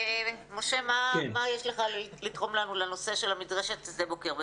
משה מה יש לך לתרום לנו לנושא של מדרשת שדה בוקר.